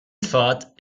fatt